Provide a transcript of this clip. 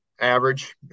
average